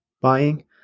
buying